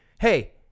Hey